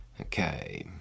Okay